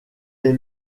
est